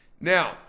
Now